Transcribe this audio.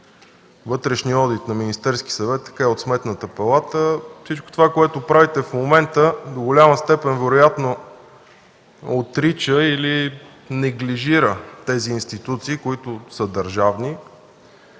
Вътрешния одит на Министерския съвет, така и от Сметната палата. Всичко това, което правите в момента, до голяма степен вероятно отрича или неглижира тези институции, които са държавни.